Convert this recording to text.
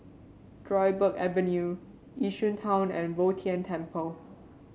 Dryburgh Avenue Yishun Town and Bo Tien Temple